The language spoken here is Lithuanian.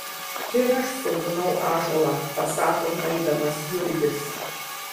ir aš sodinau ąžuolą pasako nueidamas jurgis